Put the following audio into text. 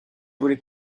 volet